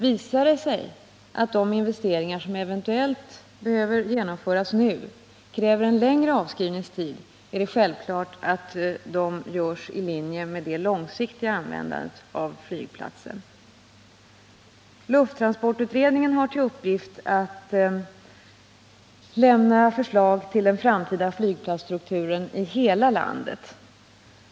Visar det sig att de investeringar som eventuellt behöver genomföras nu kräver en längre avskrivningstid, är det självklart att de görs i linje med det långsiktiga användandet av flygplatsen. Lufttransportutredningen har till uppgift att lämna förslag till den framtida flygplatsstrukturen i hela landet.